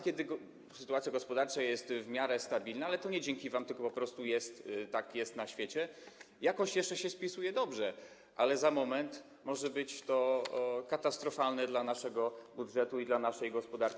Kiedy sytuacja gospodarcza jest w miarę stabilna - ale to nie dzięki wam, tylko po prostu tak jest na świecie - jakoś jeszcze to się spisuje dobrze, ale za moment może być to katastrofalne dla naszego budżetu i dla naszej gospodarki.